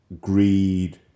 greed